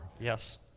Yes